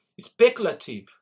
speculative